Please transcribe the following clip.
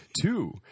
two